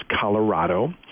Colorado